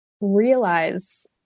realize